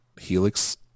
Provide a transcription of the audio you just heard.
Helix